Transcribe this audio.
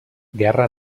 guerra